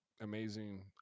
amazing